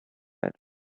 said